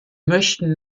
möchten